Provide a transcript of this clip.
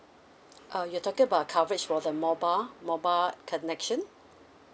uh you're talking about coverage for the mobile mobile connection